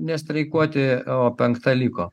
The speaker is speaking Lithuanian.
nestreikuoti o penkta liko